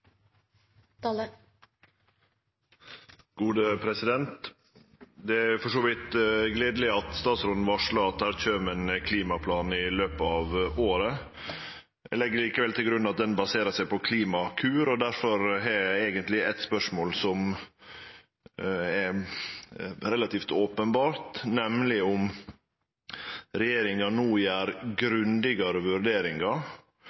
for så vidt gledeleg at statsråden varslar at det kjem ein klimaplan i løpet av året. Eg legg likevel til grunn at planen baserer seg på Klimakur, og difor har eg eigentleg eit spørsmål som er relativt openbert, nemleg om regjeringa no gjer